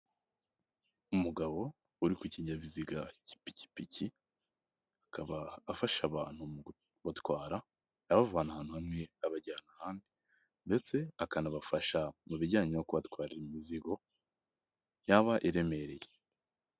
Umugabo uri ku kinyabiziga cy'ipikipiki, akaba afasha abantu mu kubatwara, abavana ahantu hamwe abajyana ahandi ndetse akanabafasha mu bijyanye no kubatwarira imizigo yaba iremereye.